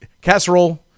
casserole